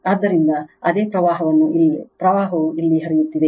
ಆದ್ದರಿಂದ ಅದೇ ಪ್ರವಾಹವು ಇಲ್ಲಿ ಹರಿಯುತ್ತಿದೆ